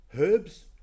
herbs